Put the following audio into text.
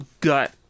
gut